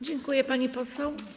Dziękuję, pani poseł.